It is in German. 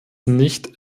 nicht